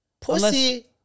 Pussy